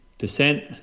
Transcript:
Percent